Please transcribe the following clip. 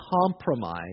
compromise